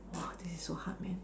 what this is so hard man